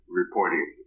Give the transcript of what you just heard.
reporting